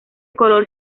color